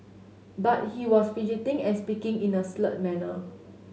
but he was fidgeting and speaking in a slurred manner